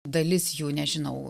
dalis jų nežinau